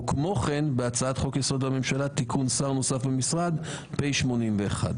וכמו כן בהצעת חוק-יסוד: הממשלה (תיקון שר נוסף במשרד) (פ/81).